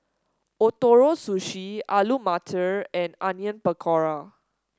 Ootoro Sushi Alu Matar and Onion Pakora